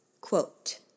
Quote